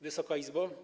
Wysoka Izbo!